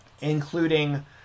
including